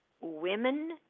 Women